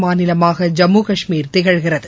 மாநிலமாக ஜம்முகஷ்மீர் திகழ்கிறது